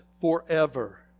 forever